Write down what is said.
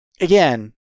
again